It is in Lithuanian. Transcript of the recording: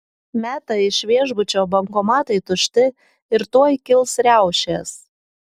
meta iš viešbučio bankomatai tušti ir tuoj kils riaušės